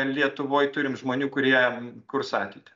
lietuvoj turim žmonių kurie kurs ateitį